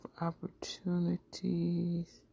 opportunities